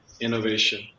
innovation